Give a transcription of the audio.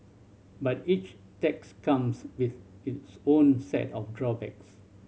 but each tax comes with its own set of drawbacks